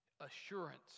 assurance